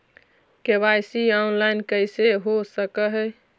KYC online कैसे हो सक है?